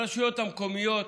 הרשויות המקומיות